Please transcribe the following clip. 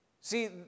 See